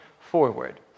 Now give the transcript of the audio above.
forward